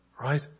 Right